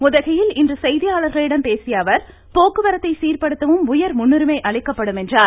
உதகையில் இன்று செய்தியாளர்களிடம் பேசியஅவர் போக்குவரத்தை சீர்படுத்தவும் உயர் முன்னுரிமை அளிக்கப்படும் என்றார்